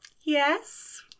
Yes